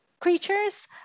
creatures